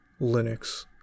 Linux